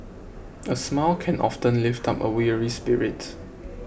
a smile can often lift up a weary spirit